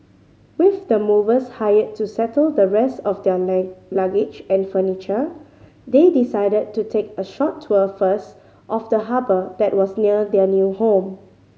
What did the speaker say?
with the movers hired to settle the rest of their luggage and furniture they decided to take a short tour first of the harbour that was near their new home